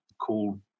called